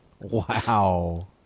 Wow